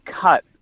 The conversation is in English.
cut